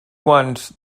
guants